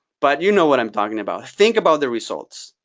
but you know what i'm talking about. think about the results.